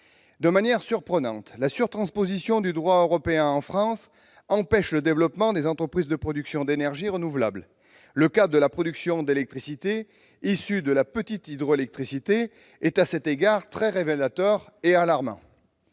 De manière surprenante, la surtransposition du droit européen en France empêche le développement des entreprises de production d'énergies renouvelables. Le cas de la production d'électricité issue de la petite hydroélectricité est à cet égard très révélateur et alarmant.